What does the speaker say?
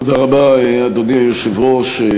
תודה רבה, אדוני היושב-ראש,